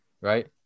Right